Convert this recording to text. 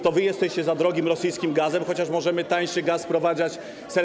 To wy jesteście za drogim rosyjskim gazem, chociaż możemy tańszy gaz sprowadzać z LNG.